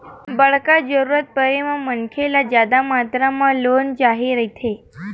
बड़का जरूरत परे म मनखे ल जादा मातरा म लोन चाही रहिथे